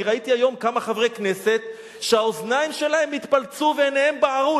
אני ראיתי היום כמה חברי כנסת שהאוזניים שלהם התפלצו ועיניהם בערו.